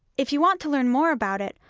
if you want to learn more about it,